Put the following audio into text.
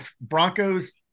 Broncos